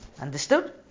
Understood